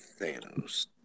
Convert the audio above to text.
thanos